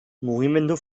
mugimendu